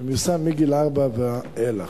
מיושם מגיל ארבע ואילך.